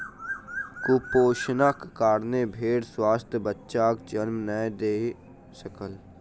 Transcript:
कुपोषणक कारणेँ भेड़ स्वस्थ बच्चाक जन्म नहीं दय सकल